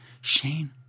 Shane